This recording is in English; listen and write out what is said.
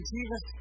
Jesus